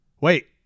Wait